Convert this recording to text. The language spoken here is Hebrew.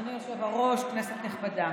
אדוני היושב-ראש, כנסת נכבדה,